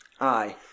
Aye